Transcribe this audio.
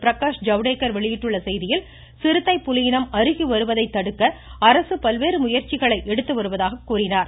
பிரகாஷ் ஜவ்டேகர் வெளியிட்டுள்ள செய்தியில் சிறுத்தை புலி இனம் அருகி வருவதை தடுக்க அரசு பல்வேறு முயற்சிகளை எடுத்து வருவதாக கூறினார்